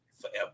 forever